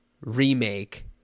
remake